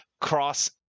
cross